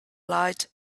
lied